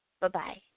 Bye-bye